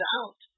out